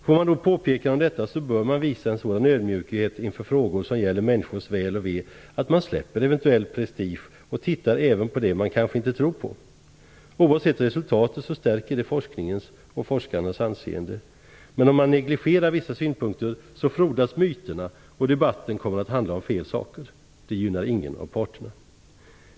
Får man då påpekande om detta bör man visa en sådan ödmjukhet inför frågor som gäller människors väl och ve att man släpper eventuell prestige och tittar även på det som man kanske inte tror på. Oavsett resultatet förstärker det forskningens och forskarnas anseende. Men om man negligerar vissa synpunkter frodas myterna, och debatten kommer att handla om fel saker. Det gillar ingen av parterna.